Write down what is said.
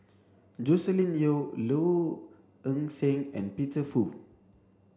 Joscelin Yeo Low Ing Sing and Peter Fu